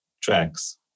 tracks